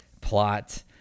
plot